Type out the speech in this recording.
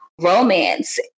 romance